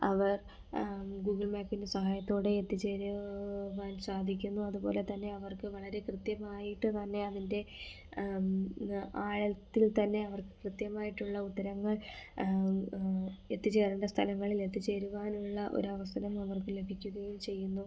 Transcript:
അവർ Google മാപ്പിൻ്റെ സഹായത്തോടെ എത്തിച്ചേരൂവാൻ സാധിക്ക്യൂന്നു അതുപോലെ തന്നെ അവർക്ക് വളരെ കൃത്യമായിട്ട് തന്നെ അതിൻ്റെ ആഴൽത്തിൽ തന്നെ അവർക്ക് കൃത്യമായിട്ടുള്ള ഉത്തരങ്ങൾ എത്തിച്ച് തരണ്ട സ്ഥലങ്ങളിൽ എത്തിച്ചേരുവാനുള്ള ഒരവസരം അവർക്ക് ലഭിക്കുകയും ചെയ്യുന്നു